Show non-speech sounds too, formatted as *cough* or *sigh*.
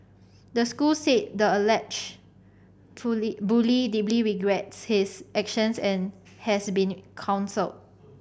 the school said the alleged *unintelligible* bully deeply regrets his actions and has been counselled